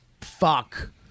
Fuck